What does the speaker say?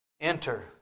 Enter